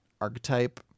archetype